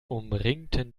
umringten